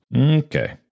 Okay